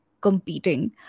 competing